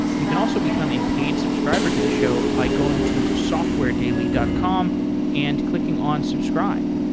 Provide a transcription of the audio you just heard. you can also become a paid subscriber to the show by going to software daily dot com and clicking on subscribe.